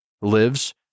lives